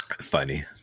Funny